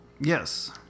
yes